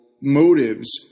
motives